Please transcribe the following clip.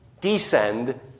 descend